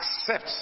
accept